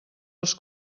els